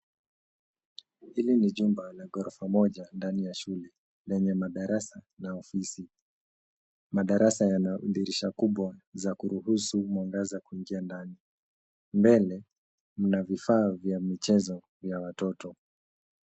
Hili ni jumba la ghorofa moja ndani ya shule, lenye madarasa na ofisi. Madarasa yana dirisha kubwa za kuruhusu mwangaza kuingia ndani, mbele mna vifaa vya michezo ya watoto.